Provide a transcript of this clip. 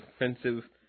offensive